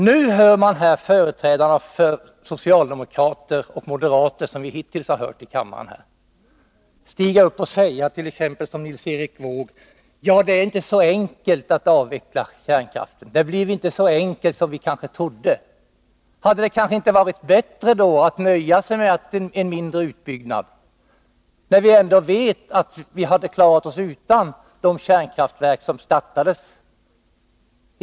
Nu hör man företrädare för socialdemokrater och moderater, som vi hittills lyssnat till här i kammaren, t.ex. Nils Erik Wååg, säga: Det är inte så enkelt att avveckla kärnkraften. Det blir inte så enkelt som vi kanske trodde. Hade det då inte varit bättre att nöja sig med mindre utbyggnad, när vi ändå vet att vi hade klarat oss utan de kärnkraftverk som startades?